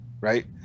right